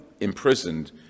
imprisoned